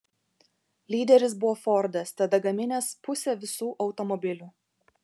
lyderis buvo fordas tada gaminęs pusę visų automobilių